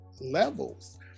levels